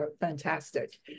fantastic